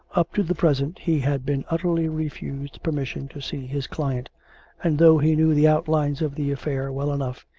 up to the present he had been utterly refused permission to see his client and though he knew the outlines of the affair well enough,